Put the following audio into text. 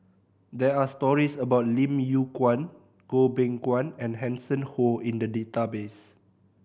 there are stories about Lim Yew Kuan Goh Beng Kwan and Hanson Ho in the database